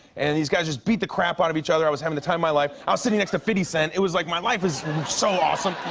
and these guys just beat the crap out of each other. i was having the time of my life. i was sitting next to fifty cent. it was like, my life is so awesome.